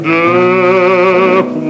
death